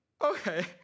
Okay